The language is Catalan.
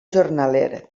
jornaler